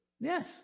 Yes